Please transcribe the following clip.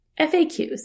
FAQs